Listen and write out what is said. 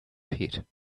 pit